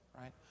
right